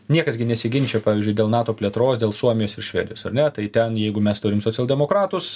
niekas gi nesiginčija pavyzdžiui dėl nato plėtros dėl suomijos ir švedijos ar ne tai ten jeigu mes turim socialdemokratus